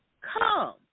Come